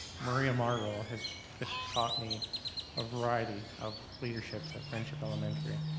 maria marrero has taught me a variety of leaderships at friendship elementary,